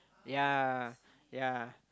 yea yea